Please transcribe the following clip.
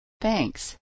Thanks